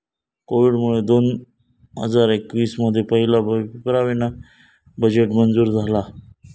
कोविडमुळे दोन हजार एकवीस मध्ये पहिला पेपरावीना बजेट मंजूर झाला